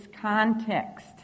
context